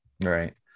Right